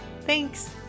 Thanks